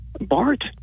Bart